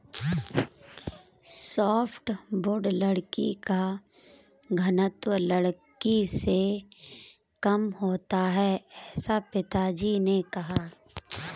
softwood लकड़ी का घनत्व लकड़ी से कम होता है ऐसा पिताजी ने कहा